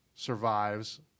survives